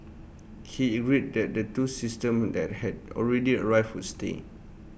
he agreed that the two systems that had already arrived would stay